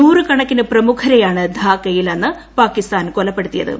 നൂറുകണക്കിന് പ്രമുഖരെയാണ് ധാക്കയിൽ അന്ന് പാകിസ്ഥാൻ കൊലപ്പെടുത്തിയത്